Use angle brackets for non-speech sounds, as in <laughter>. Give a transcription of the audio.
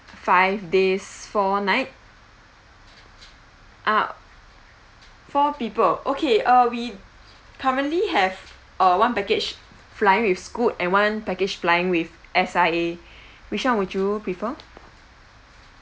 five days four night ah four people okay uh we currently have uh one package flying with scoot and one package flying with S_I_A <breath> which one would you prefer